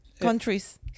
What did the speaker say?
countries